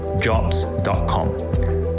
jobs.com